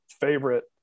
favorite